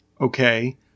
Okay